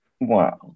Wow